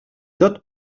tot